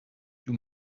doe